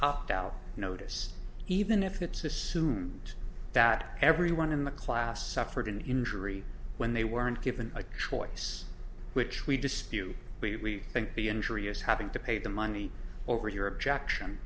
notice even if it's assumed that everyone in the class suffered an injury when they weren't given a choice which we dispute we think the injury is having to pay the money over your objection